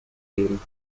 geben